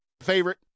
favorite